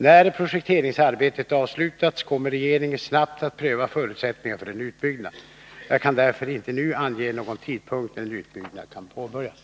När projekteringsarbetet avslutats kommer regeringen snabbt att pröva förutsättningarna för en utbyggnad. Jag kan därför inte nu ange någon tidpunkt när en utbyggnad kan påbörjas.